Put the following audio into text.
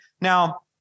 Now